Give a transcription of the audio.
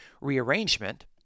rearrangement